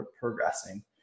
progressing